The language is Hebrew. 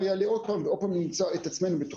הדסה, בבקשה.